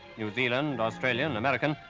new zealand, australian, and american,